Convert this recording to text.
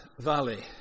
valley